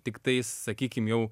tiktai sakykim jau